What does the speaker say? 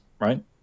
right